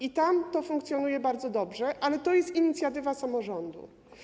I tam to funkcjonuje bardzo dobrze, ale to jest inicjatywa samorządu.